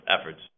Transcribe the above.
efforts